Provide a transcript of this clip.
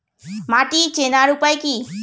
মাটি চেনার উপায় কি?